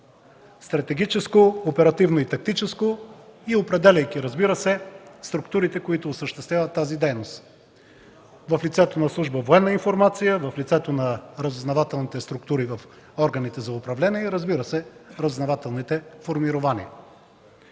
стратегическо, оперативно и тактическо, и определяйки, разбира се, структурите, които осъществяват тази дейност в лицето на служба „Военна информация”, в лицето на разузнавателните структури в органите за управление и, разбира се, в разузнавателните формирования.